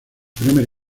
primer